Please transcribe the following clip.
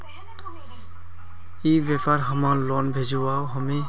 ई व्यापार हमार लोन भेजुआ हभे?